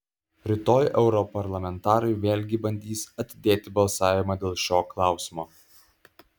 rytoj europarlamentarai vėlgi bandys atidėti balsavimą dėl šio klausimo